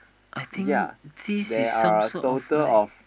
I think this is some sort of like